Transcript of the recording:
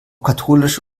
katholisch